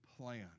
plan